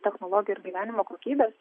technologijų ir gyvenimo kokybės